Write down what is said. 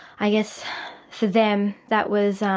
i guess for them that was